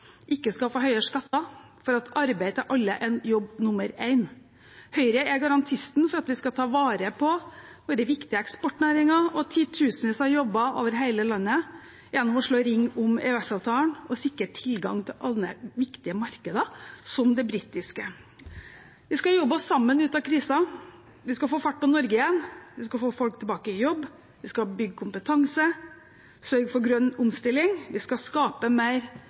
ikke skal få høyere skatter, og for at arbeid til alle er jobb nummer én. Høyre er garantisten for at vi skal ta vare på våre viktige eksportnæringer og titusenvis av jobber over hele landet gjennom å slå ring om EØS-avtalen og sikre tilgang til alle viktige markeder, som det britiske. Vi skal sammen jobbe oss ut av krisen, vi skal få fart på Norge igjen, vi skal få folk tilbake i jobb, vi skal bygge kompetanse, vi skal sørge for grønn omstilling, og vi skal skape mer,